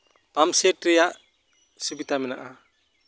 pump set ᱨᱮᱭᱟᱜ ᱥᱩᱵᱤᱫᱟ ᱢᱮᱱᱟᱜᱼᱟ